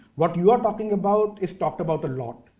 what you are talking about is talked about a lot.